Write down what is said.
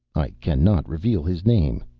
i cannot reveal his name.